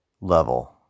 level